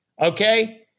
Okay